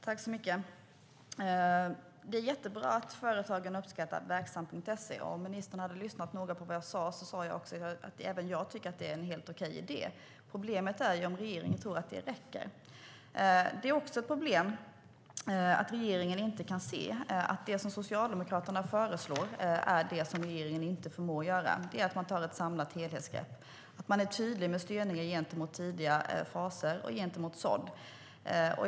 Herr talman! Det är jättebra att företagen uppskattar verksamt.se. Om ministern hade lyssnat noga på vad jag sade skulle hon ha hört att även jag tycker att det är en helt okej idé. Problemet är om regeringen tror att det räcker. Det är också ett problem att regeringen inte kan se att Socialdemokraterna föreslår det som regeringen inte förmår göra: att ta ett samlat helhetsgrepp och att vara tydlig med styrningen gentemot tidiga faser och gentemot sådd.